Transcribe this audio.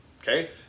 okay